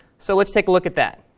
so let's take a look at that.